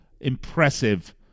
impressive